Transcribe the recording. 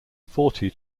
forty